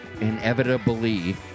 inevitably